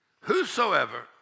whosoever